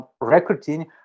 recruiting